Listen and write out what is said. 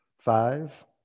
Five